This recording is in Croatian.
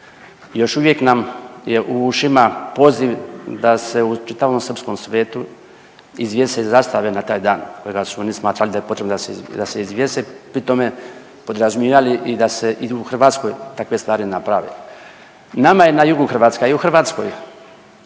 Još uvijek nam je u ušima poziv da se u čitavom srpskom svetu izvjese zastave na taj dan kojega su oni smatrali da je potrebno da se izvjese, pri tome podrazumijevali i da se u Hrvatskoj takve stvari naprave. Nama je na jugu Hrvatske, a i u Hrvatskoj